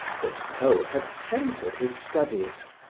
that poe had centered his studies,